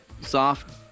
Soft